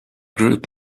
group